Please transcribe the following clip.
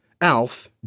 Alf